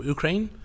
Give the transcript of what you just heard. Ukraine